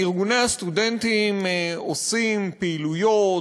ארגוני הסטודנטים עושים פעילויות,